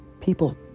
People